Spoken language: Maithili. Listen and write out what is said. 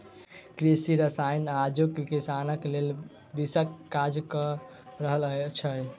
कृषि रसायन आजुक किसानक लेल विषक काज क रहल छै